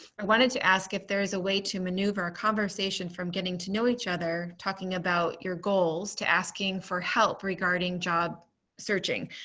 wanted to ask if there is a way to maneuver conversation from getting to know each other talking about your goals to asking for help regarding job searching.